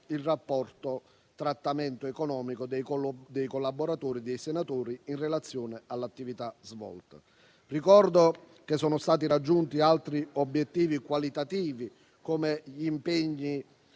il rapporto e il trattamento economico dei collaboratori dei senatori in relazione all'attività svolta. Ricordo che sono stati raggiunti altri obiettivi qualitativi, come gli impegni